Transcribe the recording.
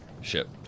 ship